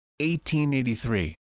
1883